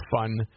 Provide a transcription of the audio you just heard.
fun